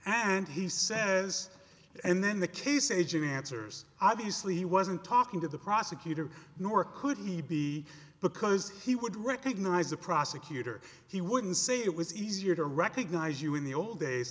he says and then the case aging answers obviously he wasn't talking to the prosecutor nor could he be because he would recognize a prosecutor he wouldn't say it was easier to recognize you in the old days